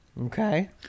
Okay